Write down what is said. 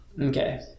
Okay